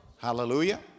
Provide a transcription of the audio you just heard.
Hallelujah